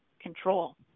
control